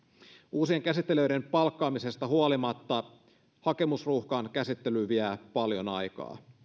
uusien käsittelijöiden palkkaamisesta huolimatta hakemusruuhkan käsittely vie paljon aikaa